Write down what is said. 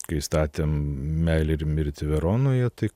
kai statėm meilę ir mirtį veronoje tai